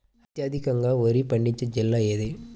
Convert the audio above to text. అత్యధికంగా వరి పండించే జిల్లా ఏది?